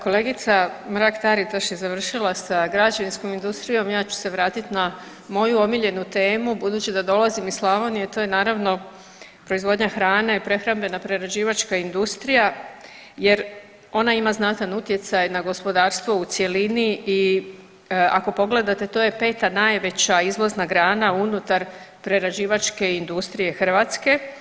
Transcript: Kolegica Mrak Taritaš je završila sa građevinskom industrijom, ja ću se vratiti na moju omiljenu temu budući da dolazim iz Slavonije to je naravno proizvodnja hrane, prehrambeno-prerađivačka industrija jer ona ima znatan utjecaj na gospodarstvo u cjelini i ako pogledate to je peta najveća izvozna grana unutar prerađivačke industrije Hrvatske.